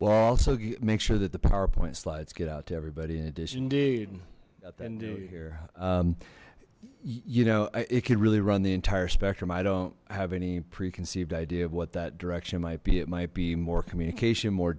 well also make sure that the powerpoint slides get out to everybody in addition dude you know it could really run the entire spectrum i don't have any preconceived idea of what that direction might be it might be more communication more